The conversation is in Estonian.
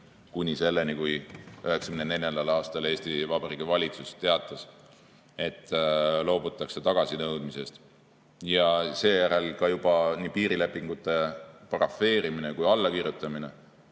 kuni selleni, et 1994. aastal Eesti Vabariigi valitsus teatas, et loobutakse tagasinõudmisest. Ja seejärel on piirilepingute parafeerimise ja allakirjutamisega